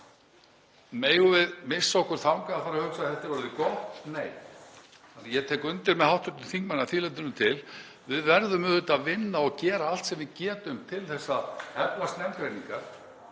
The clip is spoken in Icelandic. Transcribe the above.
Megum við missa okkur þangað að fara að hugsa að þetta sé er orðið gott? Nei. Ég tek undir með hv. þingmanni að því leytinu til. Við verðum auðvitað að vinna og gera allt sem við getum til þess að efla snemmgreiningar,